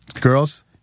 girls